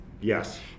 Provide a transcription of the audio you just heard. Yes